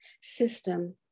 system